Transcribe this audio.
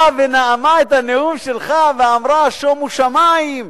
באה ונאמה את הנאום שלך ואמרה: שומו שמים.